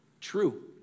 true